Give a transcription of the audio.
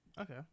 Okay